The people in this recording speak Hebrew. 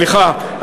סליחה,